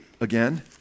again